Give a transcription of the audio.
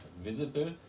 visible